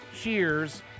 Cheers